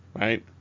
Right